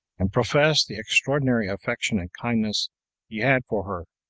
and professed the extraordinary affection and kindness he had for her,